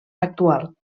actual